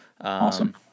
awesome